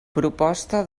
proposta